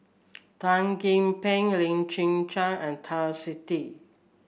Tan Gee Paw Lim Chwee Chian and Twisstii